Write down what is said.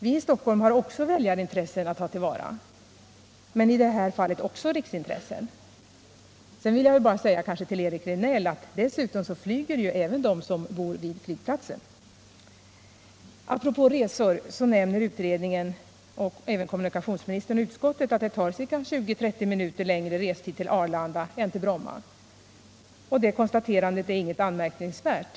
Vi i Stockholm har också väljarintressen att ta till vara men i det här fallet även riksintressen. Sedan vill jag säga till Eric Rejdnell: Dessutom flyger de som bor vid flygplatsen. Apropå resor så nämner utredningen, och även kommunikationsministern och utskottet, att det tar ca 20-30 minuter längre att resa till Arlanda än till Bromma. Detta konstaterande är inget anmärkningsvärt.